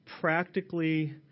practically